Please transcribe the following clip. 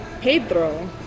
Pedro